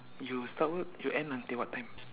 you start work you end until what time